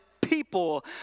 people